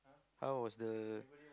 how was the